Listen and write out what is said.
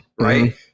right